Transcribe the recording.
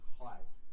height